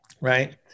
right